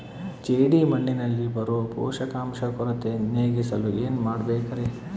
ಜೇಡಿಮಣ್ಣಿನಲ್ಲಿ ಬರೋ ಪೋಷಕಾಂಶ ಕೊರತೆ ನೇಗಿಸಲು ಏನು ಮಾಡಬೇಕರಿ?